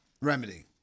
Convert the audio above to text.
remedy